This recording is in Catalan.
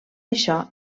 això